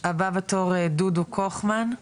הבא בתור דודו קוכמן.